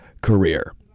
career